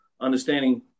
understanding –